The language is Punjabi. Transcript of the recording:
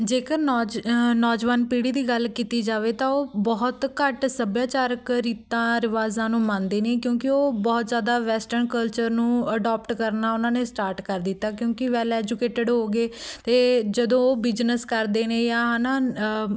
ਜੇਕਰ ਨੌਜ ਨੌਜਵਾਨ ਪੀੜ੍ਹੀ ਦੀ ਗੱਲ ਕੀਤੀ ਜਾਵੇ ਤਾਂ ਉਹ ਬਹੁਤ ਘੱਟ ਸੱਭਿਆਚਾਰਕ ਰੀਤਾਂ ਰਿਵਾਜ਼ਾਂ ਨੂੰ ਮੰਨਦੇ ਨੇ ਕਿਉਂਕਿ ਉਹ ਬਹੁਤ ਜ਼ਿਆਦਾ ਵੈਸਟਨ ਕਲਚਰ ਨੂੰ ਅਡੋਪਟ ਕਰਨਾ ਉਹਨਾਂ ਨੇ ਸਟਾਰਟ ਕਰ ਦਿੱਤਾ ਕਿਉਂਕਿ ਵੈਲ ਐਜੂਕੇਟਡ ਹੋ ਗਏ ਅਤੇ ਜਦੋਂ ਉਹ ਬਿਜਨਸ ਕਰਦੇ ਨੇ ਜਾਂ ਹੈ ਨਾ